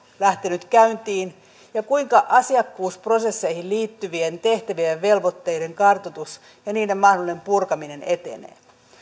lähtenyt käyntiin ja kuinka asiakkuusprosesseihin liittyvien tehtävien ja velvoitteiden kartoitus ja niiden mahdollinen purkaminen etenee